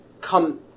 come